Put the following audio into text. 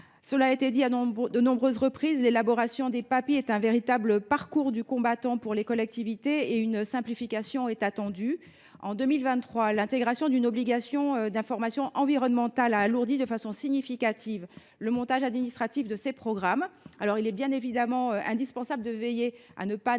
Cela a été dit à de nombreuses reprises, l’élaboration des Papi est un véritable parcours du combattant pour les collectivités territoriales et une simplification est attendue. En 2023, l’intégration d’une obligation d’information environnementale a alourdi de façon significative le montage administratif de ces programmes. Certes, il est indispensable de ne pas négliger